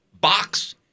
box